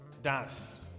Dance